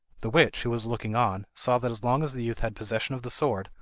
the witch, who was looking on, saw that as long as the youth had possession of the sword,